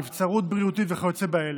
נבצרות בריאותית וכיוצא בכאלה.